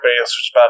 base